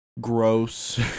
gross